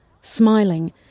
smiling